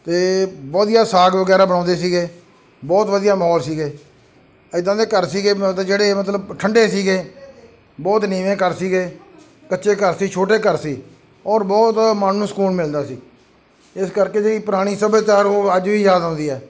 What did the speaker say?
ਅਤੇ ਵਧੀਆ ਸਾਗ ਵਗੈਰਾ ਬਣਾਉਂਦੇ ਸੀਗੇ ਬਹੁਤ ਵਧੀਆ ਮਾਹੌਲ ਸੀਗੇ ਇੱਦਾਂ ਦੇ ਘਰ ਸੀਗੇ ਮਤਲਬ ਜਿਹੜੇ ਮਤਲਬ ਠੰਡੇ ਸੀਗੇ ਬਹੁਤ ਨੀਵੇਂ ਘਰ ਸੀਗੇ ਕੱਚੇ ਘਰ ਸੀ ਛੋਟੇ ਘਰ ਸੀ ਔਰ ਬਹੁਤ ਮਨ ਨੂੰ ਸਕੂਨ ਮਿਲਦਾ ਸੀ ਇਸ ਕਰਕੇ ਜੀ ਪੁਰਾਣੀ ਸਭਿਆਚਾਰ ਉਹ ਅੱਜ ਵੀ ਯਾਦ ਆਉਂਦੀ ਹੈ